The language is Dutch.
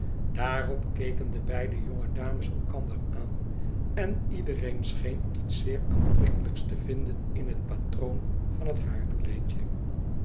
daarop keken de beide jonge dames elkander aan en iedereen scheen lets zeer aantrekkelijks te vinden in het patroon van het